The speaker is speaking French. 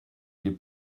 des